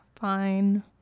fine